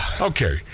Okay